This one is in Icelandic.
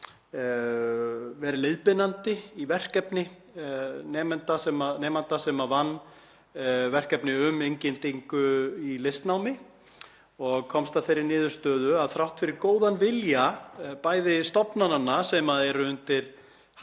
verið leiðbeinandi í verkefni nemanda sem vann verkefni um inngildingu í listnámi og komst að þeirri niðurstöðu að þrátt fyrir góðan vilja bæði stofnananna sem eru undir hatti